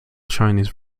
chinese